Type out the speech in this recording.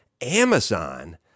Amazon